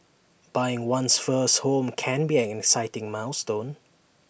buying one's first home can be an exciting milestone